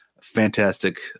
Fantastic